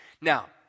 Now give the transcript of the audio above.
Now